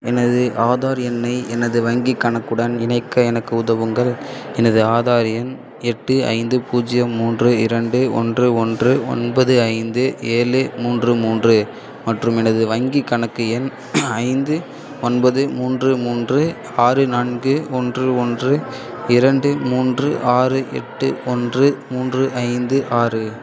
எனது ஆதார் எண்ணை எனது வங்கிக் கணக்குடன் இணைக்க எனக்கு உதவுங்கள் எனது ஆதார் எண் எட்டு ஐந்து பூஜ்ஜியம் மூன்று இரண்டு ஒன்று ஒன்று ஒன்பது ஐந்து ஏழு மூன்று மூன்று மற்றும் எனது வங்கிக் கணக்கு எண் ஐந்து ஒன்பது மூன்று மூன்று ஆறு நான்கு ஒன்று ஒன்று இரண்டு மூன்று ஆறு எட்டு ஒன்று மூன்று ஐந்து ஆறு